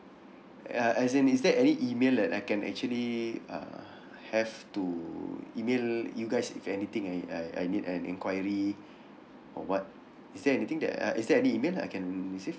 uh as in is there any email that I can actually uh have to email you guys if anything I I I need an enquiry or what is there anything that uh is there any email I can receive